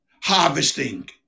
harvesting